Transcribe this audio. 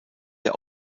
der